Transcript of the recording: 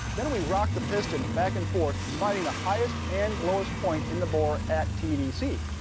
then we rock the piston back and forth finding the highest and lowest point in the bore at t d c.